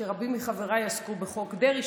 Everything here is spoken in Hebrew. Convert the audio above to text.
כשרבים מחבריי עסקו בחוק דרעי,